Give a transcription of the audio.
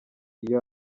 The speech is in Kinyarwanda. iyo